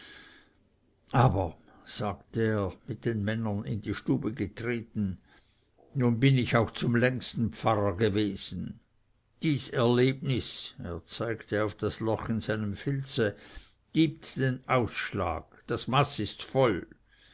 aber sagte er nachdem er mit den männern in die stube getreten nun bin ich auch zum längsten pfarrer gewesen dies erlebnis er zeigte auf das loch in seinem filze gibt den ausschlag das maß ist voll